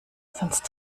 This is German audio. sonst